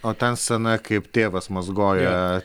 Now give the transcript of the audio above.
o ta scena kaip tėvas mazgoja